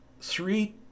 three